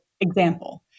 example